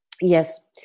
Yes